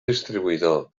distribuïdor